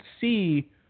see